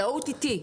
על OTT,